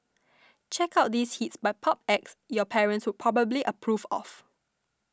check out these hits by pop acts your parents would probably approve of